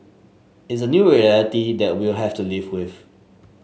it's a new reality that we'll have to live with